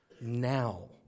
now